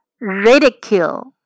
ridicule